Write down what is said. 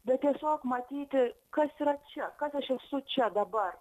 bet tiesiog matyti kas yra čia kad aš esu čia dabar